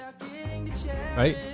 Right